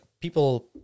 people